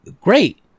great